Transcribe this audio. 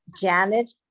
Janet